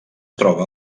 troba